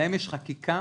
להם יש חקיקה